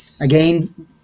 again